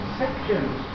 sections